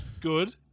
Good